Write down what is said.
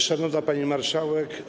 Szanowna Pani Marszałek!